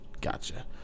Gotcha